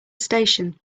station